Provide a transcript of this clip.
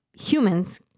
humans